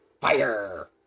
Fire